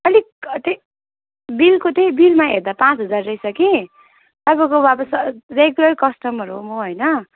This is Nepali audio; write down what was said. अलिक त्यही बिलको त्यही बिलमा हेर्दा पाँच हजार रहेछ कि तपाईँको वापस रेगुलर कस्टमर हो म होइन